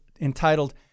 entitled